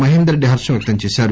మహేందర్ రెడ్డి హర్షం వ్యక్తం చేశారు